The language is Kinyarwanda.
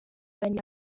ifungwa